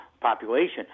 population